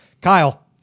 Kyle